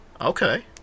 Okay